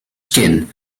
skin